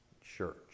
church